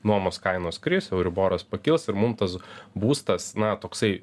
nuomos kainos kris euriboras pakils ir mum tas būstas na toksai